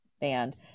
band